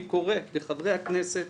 אני קורא לחברי הכנסת,